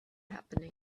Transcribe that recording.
happening